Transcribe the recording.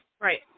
Right